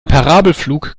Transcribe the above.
parabelflug